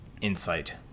insight